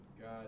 God